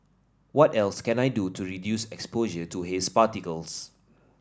what else can I do to reduce exposure to haze particles